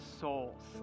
souls